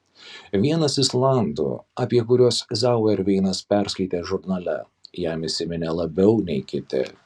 vienas islandų apie kuriuos zauerveinas perskaitė žurnale jam įsiminė labiau nei kiti